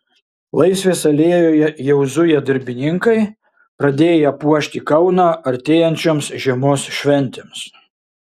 laisvės alėjoje jau zuja darbininkai pradėję puošti kauną artėjančioms žiemos šventėms